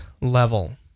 level